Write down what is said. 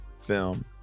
film